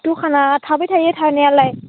दखानआ थाबाय थायो थानायालाय